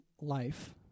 life